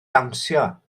dawnsio